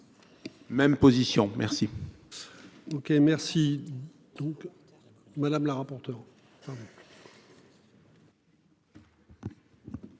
Même position merci.--